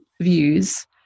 views